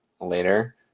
later